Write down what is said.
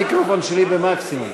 המיקרופון שלי במקסימום.